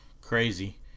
Crazy